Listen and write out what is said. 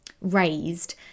raised